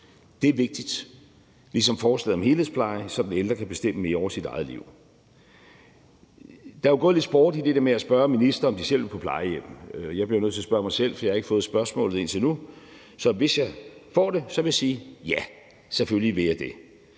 Det er vigtigt ligesom forslaget om helhedspleje, så den ældre kan bestemme mere over sit eget liv. Der er jo gået lidt sport i det der med at spørge ministre, om de selv vil på plejehjem. Jeg bliver nødt til at spørge mig selv, for jeg har ikke fået spørgsmålet indtil nu, men hvis jeg får det, vil jeg sige ja, selvfølgelig vil jeg det.